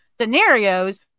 scenarios